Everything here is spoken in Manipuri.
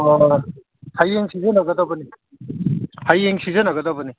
ꯑꯥ ꯍꯌꯦꯡ ꯁꯤꯖꯟꯅꯒꯗꯕꯅꯤ ꯍꯌꯦꯡ ꯁꯤꯖꯟꯅꯒꯗꯕꯅꯤ